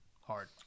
hard